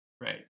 right